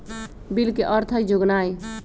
bill के अर्थ हइ जोगनाइ